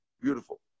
Beautiful